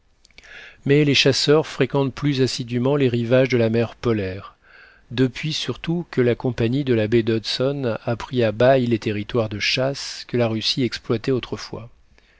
mais les chasseurs fréquentent plus assidûment les rivages de la mer polaire depuis surtout que la compagnie de la baie d'hudson a pris à bail les territoires de chasse que la russie exploitait autrefois